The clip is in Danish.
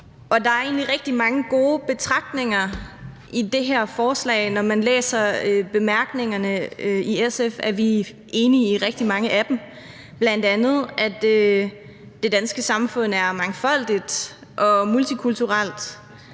egentlig rigtig mange gode betragtninger i det her forslag, når man læser bemærkningerne. I SF er vi enige i rigtig mange af dem, bl.a. at det danske samfund er mangfoldigt og multikulturelt,